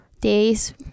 days